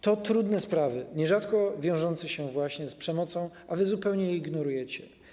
To trudne sprawy, nierzadko wiążące się właśnie z przemocą, a wy zupełnie je ignorujecie.